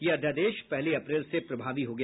यह अध्यादेश पहली अप्रैल से प्रभावी हो गया